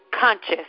conscious